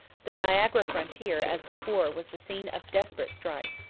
the niagara frontier, as before, was the scene of desperate strife.